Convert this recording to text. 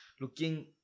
looking